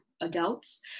adults